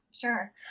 Sure